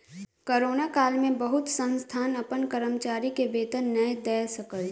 corona काल में बहुत संस्थान अपन कर्मचारी के वेतन नै दय सकल